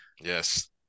Yes